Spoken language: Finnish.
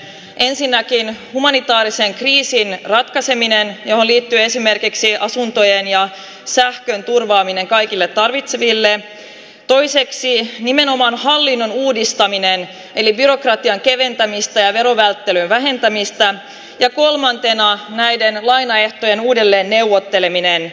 ensinnäkin humanitaarisen kriisin ratkaiseminen johon liittyy esimerkiksi asuntojen ja sähkön turvaaminen kaikille tarvitseville toiseksi nimenomaan hallinnon uudistaminen eli byrokratian keventämistä ja verovälttelyn vähentämistä ja kolmantena näiden lainaehtojen uudelleen neuvotteleminen